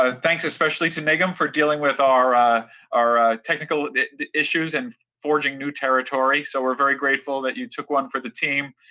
ah thanks especially to megan for dealing with our our technical issues and forging new territory. so we're very grateful that you took one for the team.